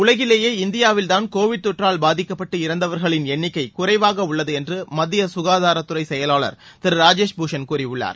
உலகிலேயே இந்தியாவில்தான் கோவிட் தொற்றால் பாதிக்கப்பட்டு இறந்தவர்களின் எண்ணிக்கை குறைவாக உள்ளது என்று மத்திய சுகாதாரத்துறை செயலாளர் திரு ராஜேஷ் பூஷண் கூறியுள்ளார்